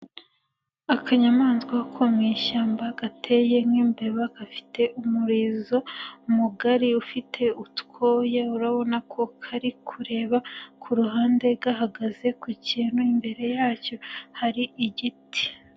Akanyamaswa ko mu ishyamba gateye nk'imbeba, gafite umurizo mugari ufite utwoya, urabona ko kari kureba ku ruhande gahagaze ku kintu imbere yacyo hari igiti.